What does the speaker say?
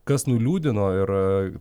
kas nuliūdino ir